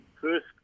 first